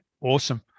awesome